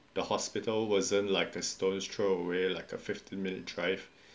the hospital wasn't like a stone throw away like a fifteen minutes drive